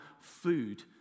food